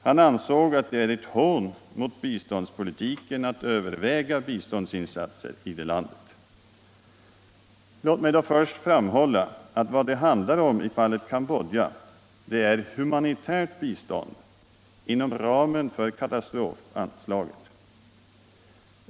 Han ansåg att det är ett hån mot biståndspolitiken att överväga biståndsinsatser i det landet. Låt mig då först framhålla att vad det handlar om i fallet Cambodja är humanitärt bistånd inom ramen för katastrofanslaget.